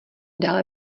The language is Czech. dále